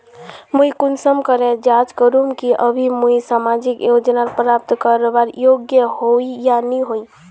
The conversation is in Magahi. मुई कुंसम करे जाँच करूम की अभी मुई सामाजिक योजना प्राप्त करवार योग्य होई या नी होई?